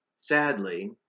Sadly